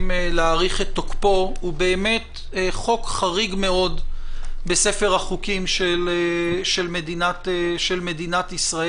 להאריך את תוקפו הוא באמת חוק חריג מאוד בספר החוקים של מדינת ישראל.